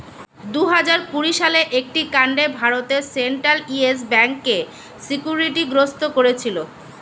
দুহাজার কুড়ি সালের একটি কাণ্ডে ভারতের সেন্ট্রাল ইয়েস ব্যাঙ্ককে সিকিউরিটি গ্রস্ত করেছিল